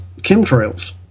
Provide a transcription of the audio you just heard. chemtrails